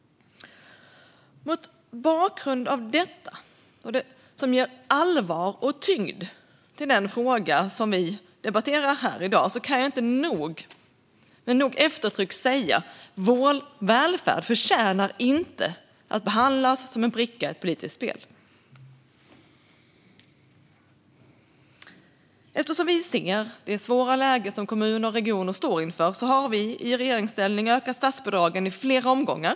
Mot bakgrund av detta, vilket ger allvar och tyngd åt den fråga vi debatterar här i dag, kan jag inte med nog eftertryck säga att vår välfärd inte förtjänar att behandlas som en bricka i ett politiskt spel. Eftersom vi ser det svåra läge som kommuner och regioner står inför har vi i regeringsställning ökat statsbidragen i flera omgångar.